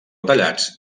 tallats